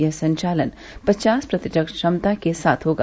यह संचालन पचास प्रतिशत क्षमता के साथ होगा